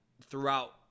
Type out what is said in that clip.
throughout